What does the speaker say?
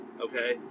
okay